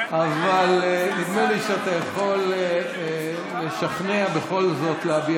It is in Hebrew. אבל נדמה לי שאתה יכול לשכנע בכל זאת להביע